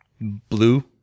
blue